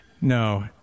No